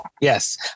Yes